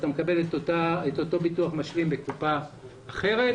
אתה מקבל את אותו ביטוח משלים בקופה אחרת.